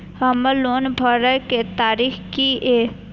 हमर लोन भरय के तारीख की ये?